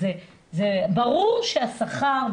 ברור שהשכר,